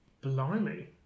Blimey